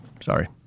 Sorry